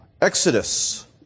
exodus